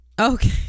okay